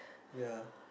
ya